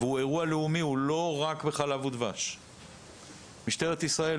שהוא אירוע לאומני ולא רק ב- ׳חלב ודבש.׳ משטרת ישראל,